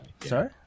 Sorry